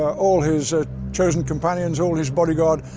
ah all his ah chosen companions, all his bodyguard,